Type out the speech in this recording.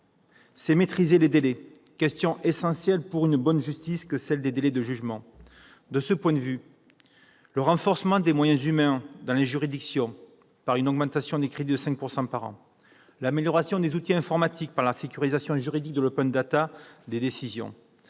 : la maîtrise des délais. Question essentielle en effet pour une bonne justice que celle des délais de jugement. De ce point de vue, le renforcement des moyens humains dans les juridictions, par l'augmentation des crédits de 5 % par an, l'amélioration des outils informatiques par la sécurisation juridique de l'des décisions,